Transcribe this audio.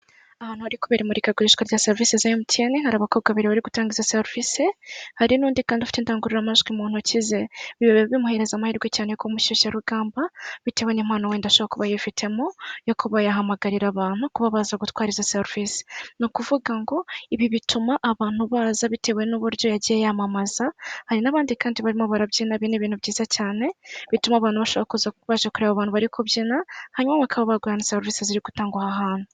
Ahantu hari kubera imurikagurisha rya serivisi za emutiyeni hari abakobwa babiri bari gutanga izo serivisi hari n'undi kandi afite indangururamajwi mu ntoki ze biba bimuhereza amahirwe cyane ku mushyushyarugamba bitewe n'impano wenda ashobora kuba yifitemo yo kuba yahamagarira abantu kuba baza gutwara izo serivisi ni ukuvuga ngo ibi bituma abantu baza bitewe n'uburyo yagiye yamamaza. Hari n'abandi kandi barimo barabyina ibi ni ibintu byiza cyane bituma abantu bashaka kuza baje kureba abantu bari kubyina hanyuma bakaba bagura serisi ziri gutangwa aha hantu.